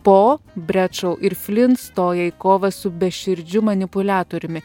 po bretšau ir flin stoja į kovą su beširdžiu manipuliatoriumi